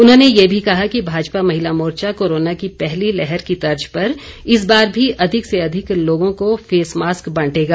उन्होंने ये भी कहा कि भाजपा महिला मोर्चा कोरोना की पहली लहर की तर्ज पर इस बार भी अधिक से अधिक लोगों को फेस मास्क बांटेगा